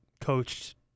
coached